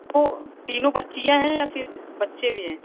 तो तीनों बच्चियाँ हैं या फिर बच्चे भी हैं